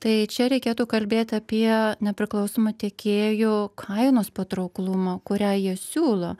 tai čia reikėtų kalbėt apie nepriklausomų tiekėjų kainos patrauklumą kurią jie siūlo